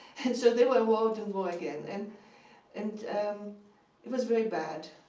and so they were involved in war again, and and um it was very bad,